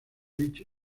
beach